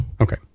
Okay